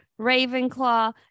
Ravenclaw